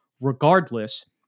regardless